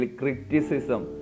criticism